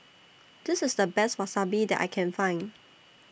This IS The Best Wasabi that I Can Find